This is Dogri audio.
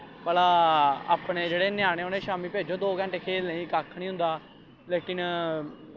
भला अपने जेह्ड़े ञ्यानें उ'नें गी शामीं भेजो दो घैटे खेलनें गी कक्ख निं होंदा लेकिन